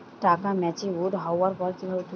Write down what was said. টাকা ম্যাচিওর্ড হওয়ার পর কিভাবে তুলব?